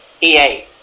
EA